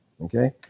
Okay